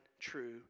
true